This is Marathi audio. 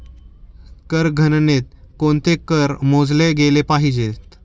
कर गणनेत कोणते कर मोजले गेले पाहिजेत?